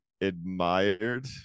admired